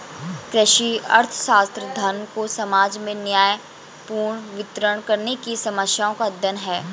कृषि अर्थशास्त्र, धन को समाज में न्यायपूर्ण वितरण करने की समस्याओं का अध्ययन है